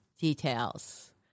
details